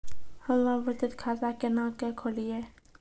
हम्मे बचत खाता केना के खोलियै?